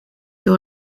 door